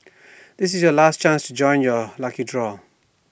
this is your last chance to join the lucky draw